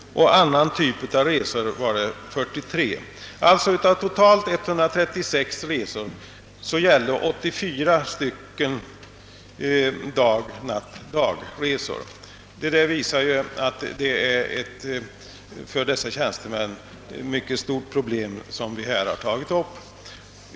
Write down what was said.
Av en annan typ av resor fanns det 43 stycken, d. v. s. av totalt 136 företag hade 84 stycken huvudsakligen dag-natt-dag-resor. Undersökningen visar att det för tjänstemännen i dessa företag är ett mycket stort probem som vi här har tagit upp.